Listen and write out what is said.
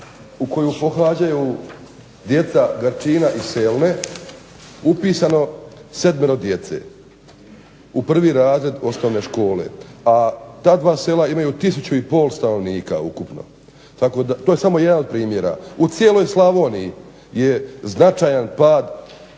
koju pohađaju djeca Garčina i Selne upisano 7 djece u prvi razred osnovne škole. A ta dva sela imaju 1500 stanovnika ukupno. Tako da, to je samo jedan od primjera. U cijeloj Slavoniji je značajan pad